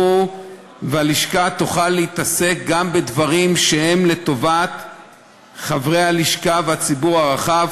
והלשכה תוכל להתעסק גם בדברים שהם לטובת חברי הלשכה והציבור הרחב,